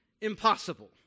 impossible